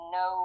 no